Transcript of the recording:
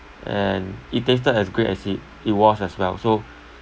and it tasted as great as it it was as well so